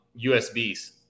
USBs